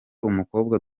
umukobwa